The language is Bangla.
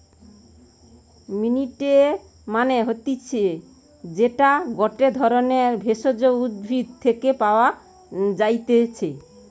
মিন্ট মানে হতিছে যেইটা গটে ধরণের ভেষজ উদ্ভিদ থেকে পাওয় যাই্তিছে